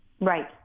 Right